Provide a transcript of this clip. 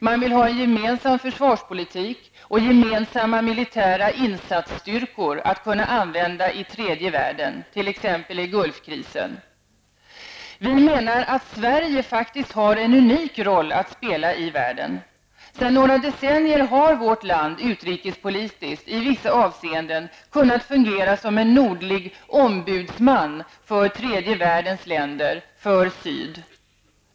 Man vill ha en gemensam försvarspolitik och gemensamma militära insatsstyrkor som skall kunna användas i tredje världen, t.ex. i Gulfkrisen. Vi menar att Sverige faktiskt har en unik roll att spela i världen. Sedan några decennier har vårt land utrikespolitiskt i vissa avseenden kunnat fungera som en nordlig ombudsman för tredje världens länder, för syd.